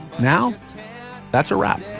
now that's a wrap.